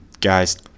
guys